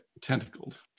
tentacled